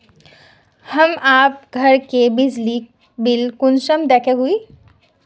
हम आप घर के बिजली बिल कुंसम देखे हुई?